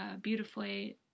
beautifully